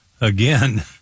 again